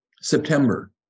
September